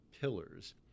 Pillars